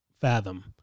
fathom